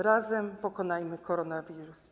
Razem pokonajmy koronawirusa.